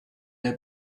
der